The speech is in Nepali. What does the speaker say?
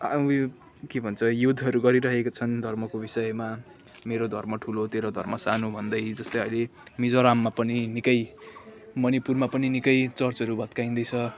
अँ उयो के भन्छ युद्धहरू गरिरहेका छन् धर्मको विषयमा मेरो धर्म ठुलो हो तेरो धर्म सानो भन्दै जस्तै अहिले मिजोराममा पनि निकै मणिपुरमा पनि निकै चर्चहरू भत्काइँदैछ